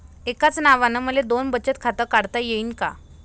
एकाच नावानं मले दोन बचत खातं काढता येईन का?